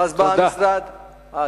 ואז בא המשרד, תודה.